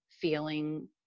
feeling